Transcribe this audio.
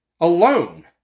alone